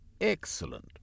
Excellent